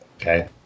Okay